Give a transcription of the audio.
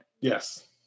Yes